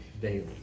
daily